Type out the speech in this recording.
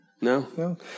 No